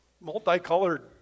multicolored